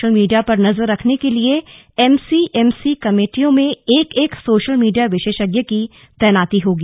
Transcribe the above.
social media पर नजर रखने के लिये एमसीएमसी कमेटियों में एक एक सोशल मीडिया विशेषज्ञ की तैनाती होगी